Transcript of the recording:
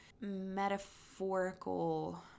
metaphorical